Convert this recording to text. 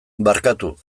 barkatu